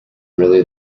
really